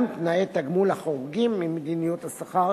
גם תנאי תגמול החורגים ממדיניות השכר